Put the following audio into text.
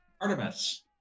Artemis